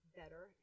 better